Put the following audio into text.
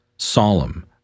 Solemn